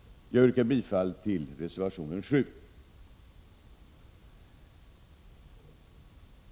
Jag yrkar bifall till reservation 7.